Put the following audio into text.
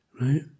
Right